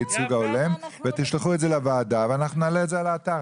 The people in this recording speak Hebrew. תשלחו לוועדה ונעלה את זה לאתר.